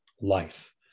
life